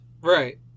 right